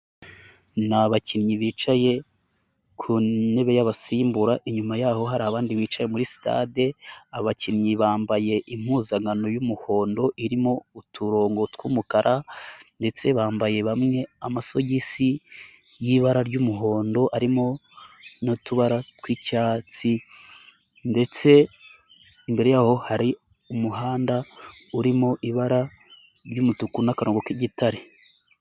Ni abakinnyi bicaye ku ntebe y'abasimbura, inyuma y'aho hari abandi bicaye muri sitade, abakinnyi bambaye impuzankano y'umuhondo irimo uturongo tw'umukara ndetse bambaye bamwe amasogisi y'ibara ry'umuhondo arimo n'utubara twi'icyatsi ndetse imbere y'aho hari umuhanda urimo ibara ry'umutuku n'akarongo k'igitare.